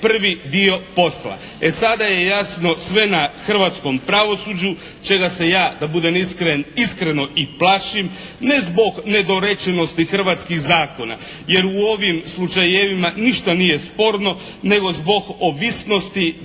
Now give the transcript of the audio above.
prvi dio posla, e sada je jasno sve na hrvatskom pravosuđu čega se ja da budem iskren iskreno i plašim ne zbog nedorečenosti hrvatskih zakona, jer u ovim slučajevima ništa nije sporno nego zbog ovisnosti dijela